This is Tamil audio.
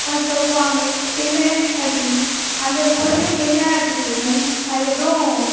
வந்து சொல்லுவாங்க என்ன அப்படின்னு அந்த குருவியும் என்ன அப்படின்னு கேட்கும் அதுக்கப்புறம்